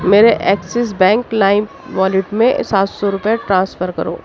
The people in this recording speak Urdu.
میرے ایکسز بینک لائم والیٹ میں سات سو روپئے ٹرانسفر کرو